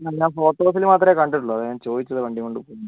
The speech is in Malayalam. ഞാൻ ഫോട്ടോസിൽ മാത്രമേ കണ്ടിട്ടുള്ളു അതാ ഞാൻ ചോദിച്ചത് വണ്ടിയും കൊണ്ട് പോകാൻ